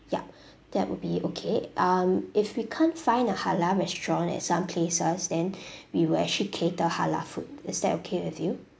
ya that would be okay um if we can't find the halal restaurant at some places then we will actually cater halal food is that okay with you